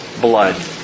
blood